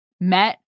met